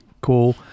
cool